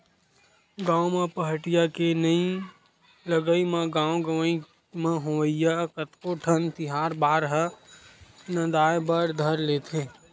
गाँव म पहाटिया के नइ लगई म गाँव गंवई म होवइया कतको ठन तिहार बार ह नंदाय बर धर लेथे